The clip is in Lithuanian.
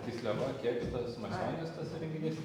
tysliava kėkštas masionis tas renginys